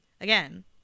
Again